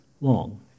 long